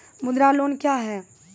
मुद्रा लोन क्या हैं?